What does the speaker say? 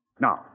Now